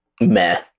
meh